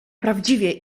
prawdziwie